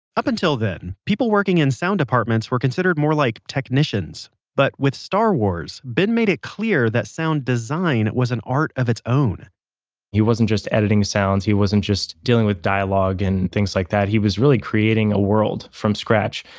up until then, people working in sound departments were considered more like technicians. but with star wars, ben made it clear that sound design was an art of its own he wasn't just editing sounds, he wasn't just dealing with dialogue and things like that. he was really creating a world from scratch,